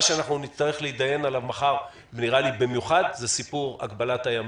מה שנצטרך להתדיין עליו מחר במיוחד זה סיפור הגבלת הימים,